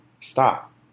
stop